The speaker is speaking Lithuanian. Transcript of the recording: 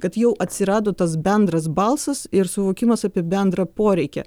kad jau atsirado tas bendras balsas ir suvokimas apie bendrą poreikį